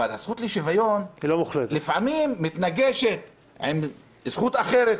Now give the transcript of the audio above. אבל הזכות לשוויון לפעמים מתנגשת עם זכות אחרת,